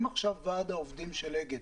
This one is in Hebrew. אם עכשיו ועד העובדים של אגד